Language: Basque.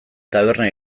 taberna